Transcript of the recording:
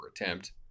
attempt